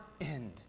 end